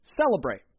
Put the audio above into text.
celebrate